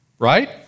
Right